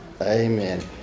Amen